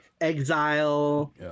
Exile